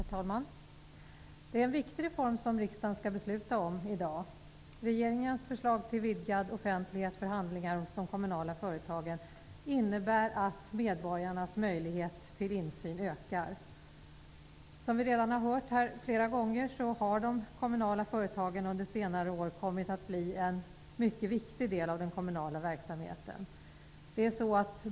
Herr talman! Det är en viktig reform som riksdagen i dag skall besluta om. Regeringens förslag till vidgad offentlighet för handlingar hos de kommunala företagen innebär att medborgarnas möjlighet till insyn ökar. Som vi redan här flera gånger har hört har de kommunala företagen under senare år kommit att bli en mycket viktig del av den kommunala verksamheten.